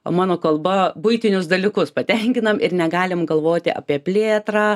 o mano kalba buitinius dalykus patenkinam ir negalim galvoti apie plėtrą